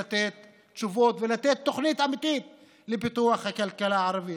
לתת תשובות ולתת תוכנית אמיתית לפיתוח הכלכלה הערבית.